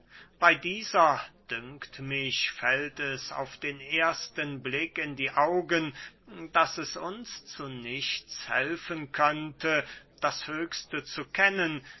bey dieser dünkt mich fällt es auf den ersten blick in die augen daß es uns zu nichts helfen könnte das höchste zu kennen